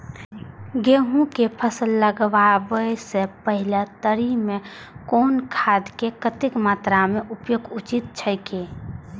गेहूं के फसल लगाबे से पेहले तरी में कुन खादक कतेक मात्रा में उपयोग उचित छेक?